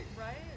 right